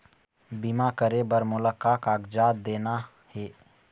बीमा करे बर मोला का कागजात देना हे?